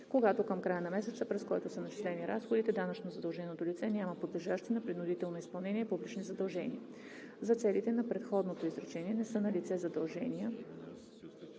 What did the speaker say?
когато към края на месеца, през който са начислени разходите, данъчно задълженото лице няма подлежащи на принудително изпълнение публични задължения. За целите на предходното изречение не са налице задължения,